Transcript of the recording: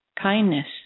Kindness